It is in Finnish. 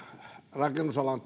rakennusalan